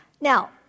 Now